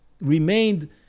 remained